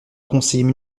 conseiller